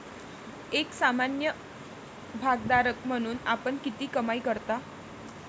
एक सामान्य भागधारक म्हणून आपण किती कमाई करता?